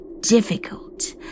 difficult